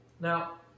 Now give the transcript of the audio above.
Now